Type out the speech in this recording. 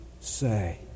say